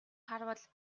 харвал